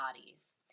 bodies